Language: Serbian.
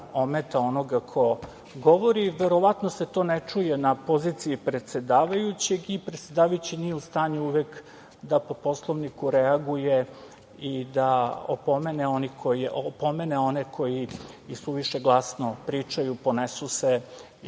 ometa onoga ko govori. Verovatno se to ne čuje na poziciji predsedavajućeg i predsedavajući nije u stanju uvek da po Poslovniku reaguje i da opomene one koji isuviše glasno pričaju, ponesu se i